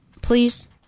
Please